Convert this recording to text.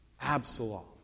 Absalom